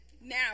Now